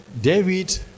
David